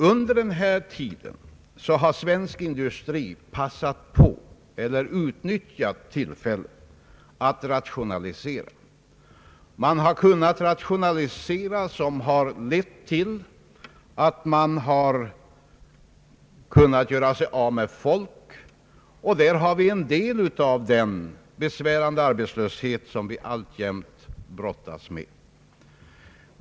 Under denna tid har svensk industri utnyttjat tillfället att rationalisera på så sätt, att man kunnat göra sig av med folk. Där har vi en del av den besvärande arbetslöshet, som vi alltjämt brottas med.